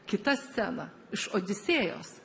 kita scena iš odisėjos